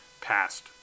passed